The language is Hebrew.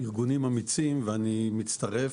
"ארגונים אמיצים" ואני מצטרף.